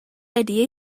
idea